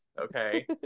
okay